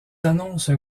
annoncent